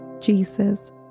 Jesus